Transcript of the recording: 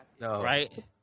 Right